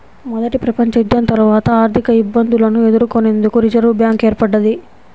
మొదటి ప్రపంచయుద్ధం తర్వాత ఆర్థికఇబ్బందులను ఎదుర్కొనేందుకు రిజర్వ్ బ్యాంక్ ఏర్పడ్డది